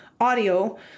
audio